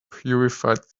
purified